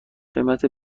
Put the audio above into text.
قیمت